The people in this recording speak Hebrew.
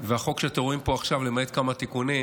והחוק שאתם רואים פה עכשיו, למעט כמה תיקונים